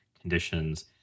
conditions